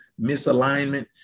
misalignment